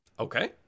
Okay